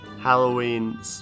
Halloween